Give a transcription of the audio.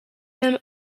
him